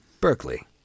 Berkeley